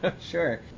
Sure